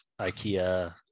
ikea